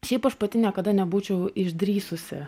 šiaip aš pati niekada nebūčiau išdrįsusi